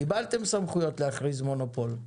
קיבלתם סמכויות להכריז מונופול.